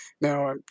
Now